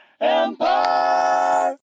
Empire